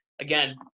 Again